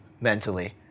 mentally